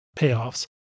payoffs